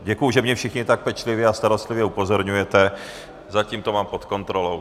Děkuji, že mě všichni tak pečlivě a starostlivě upozorňujete, zatím to mám pod kontrolou.